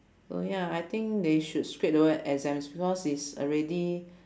so ya I think they should scrape the word exams because it's already